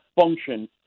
function